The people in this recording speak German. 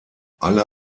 alle